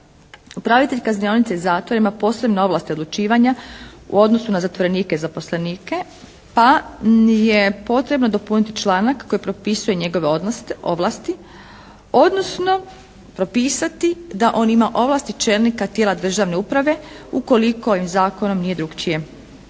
upravitelj u kaznionici i zatvorima posebne ovlasti odlučivanja u odnosu na zatvorenike i zaposlenika, pa nije potrebno dopuniti članak koji propisuje njegove ovlasti odnosno propisati da on ima ovlasti čelnika tijela državne uprave ukoliko ovim zakonom nije drukčije